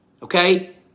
Okay